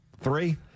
Three